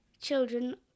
children